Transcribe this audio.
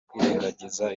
kwirengagiza